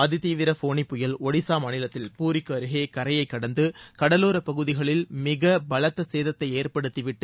அதி தீவிர போனி புயல் ஒடிஷா மாநிலத்தில் பூரிக்கு அருகே கரையை கடந்து கடலோர பகுதிகளில் மிக பலத்த சேதத்தை ஏற்படுத்திவிட்டு